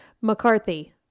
McCarthy